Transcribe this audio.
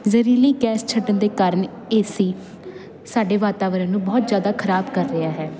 ਜ਼ਹਿਰੀਲੀ ਗੈਸ ਛੱਡਣ ਦੇ ਕਾਰਨ ਏ ਸੀ ਸਾਡੇ ਵਾਤਾਵਰਨ ਨੂੰ ਬਹੁਤ ਜ਼ਿਆਦਾ ਖਰਾਬ ਕਰ ਰਿਹਾ ਹੈ